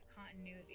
continuity